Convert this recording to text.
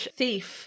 thief